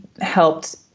helped